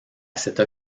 cette